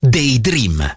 Daydream